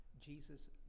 Jesus